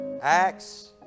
axe